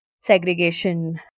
segregation